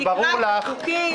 תקרא את החוקים.